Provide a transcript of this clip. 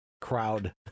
crowd